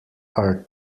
are